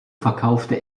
verkaufte